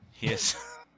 Yes